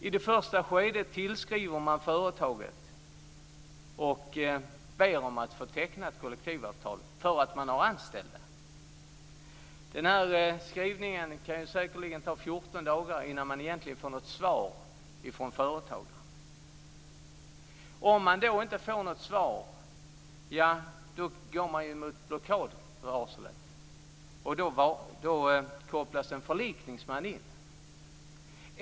I det första skedet tillskriver man företaget och ber att få teckna ett kollektivavtal därför att företaget har anställda. Det kan säkerligen ta 14 dagar innan man får något svar på den skrivelsen från företagaren. Om man inte får något svar går man mot blockadvarslet. Då kopplas en förlikningsman in.